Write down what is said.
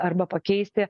arba pakeisti